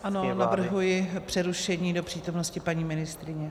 Ano, navrhuji přerušení do přítomnosti paní ministryně.